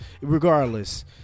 regardless